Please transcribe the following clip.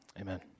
Amen